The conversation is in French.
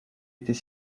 était